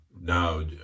now